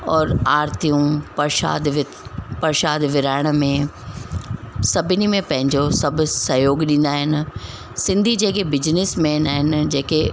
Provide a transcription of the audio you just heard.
और आरतियूं परसाद विद परसाद विरहाइण में सभिनी में पंहिंजो सभु सहयोगु ॾींदा आहिनि सिंधी जेके बिज़निस मैन आहिनि जेके